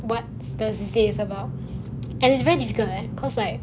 what does it say about and it's very difficult leh cause like